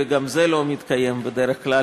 וגם זה לא מתקיים בדרך כלל,